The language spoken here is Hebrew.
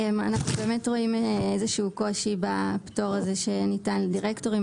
אנחנו באמת רואים איזה שהוא קושי בפטור הזה שניתן לדירקטורים,